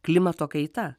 klimato kaita